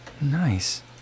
Nice